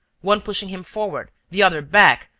one pushing him forward, the other back,